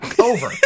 Over